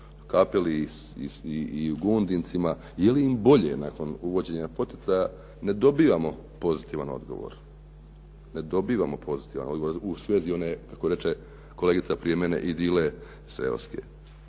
Kapeli i u Gundicima, je li im boje nakon uvođenja poticaja ne dobivamo pozitivan odgovor u svezi one kako reče kolegica prije mene idile seoske.